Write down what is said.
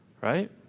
right